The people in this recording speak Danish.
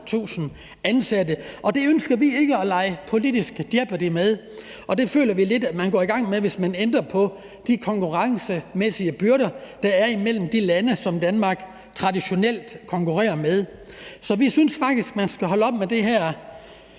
dem ønsker vi ikke at lege politisk jeopardy med, og det føler vi lidt at man går i gang med, hvis man ændrer på de konkurrencemæssige byrder, der er mellem de lande, som Danmark traditionelt konkurrerer med. Så vi synes faktisk, man skal holde op med den her